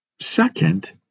Second